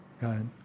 God